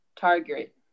Target